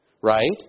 right